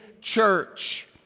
church